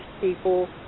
people